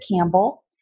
Campbell